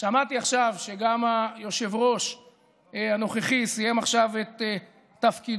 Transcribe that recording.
שמעתי עכשיו שגם היושב-ראש הנוכחי סיים עכשיו את תפקידו.